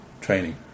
training